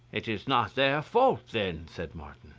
it is not their fault then, said martin.